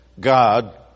God